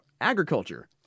agriculture